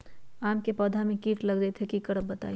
आम क पौधा म कीट लग जई त की करब बताई?